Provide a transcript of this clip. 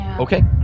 Okay